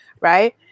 right